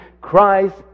Christ